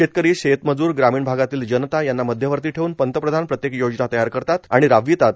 शेतकरी शेतमजूर ग्रामीण भागातील जनता यांना मध्यवर्ती ठेवून पंतप्रधान प्रत्येक योजना तयार करतात आणि राबवतात